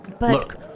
Look